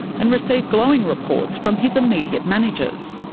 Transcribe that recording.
and received glowing reports from his immediate managers.